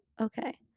okay